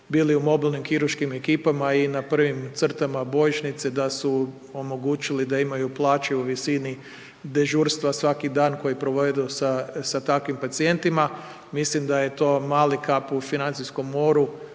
bili u mobilnim kirurškim ekipama i na prvim crtama bojišnice da su omogućili da imaju plaće u visini dežurstva svaki dan koji provedu sa takvim pacijentima. Mislim da je to mali kap u financijskom moru